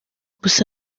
gusa